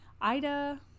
Ida